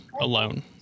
alone